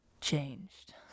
changed